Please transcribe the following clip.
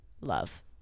love